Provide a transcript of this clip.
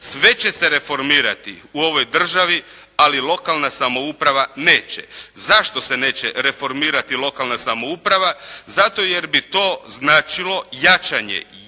Sve će se reformirati u ovoj državi ali lokalna samouprava neće. Zašto se neće reformirati lokalna samouprava? Zato jer bi to značilo jačanje